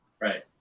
Right